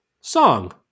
song